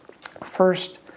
first